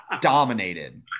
Dominated